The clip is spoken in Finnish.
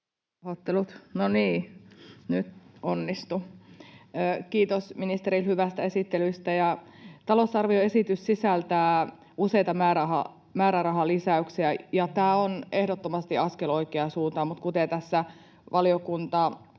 Content: Kiitos, ministeri, hyvästä esittelystä. Talousarvioesitys sisältää useita määrärahalisäyksiä, ja tämä on ehdottomasti askel oikeaan suuntaan, mutta kuten tässä valiokuntakollegat